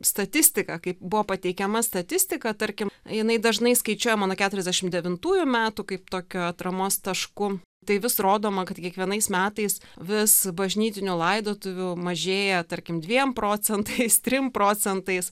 statistiką kaip buvo pateikiama statistika tarkim jinai dažnai skaičiuojama nuo keturiasdešim devintųjų metų kaip tokiu atramos tašku tai vis rodoma kad kiekvienais metais vis bažnytinių laidotuvių mažėja tarkim dviem procentais trim procentais